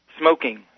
Smoking